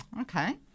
Okay